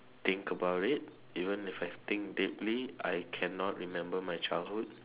think about it even if I think deeply I cannot remember my childhood